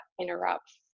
interrupts